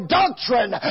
doctrine